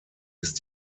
ist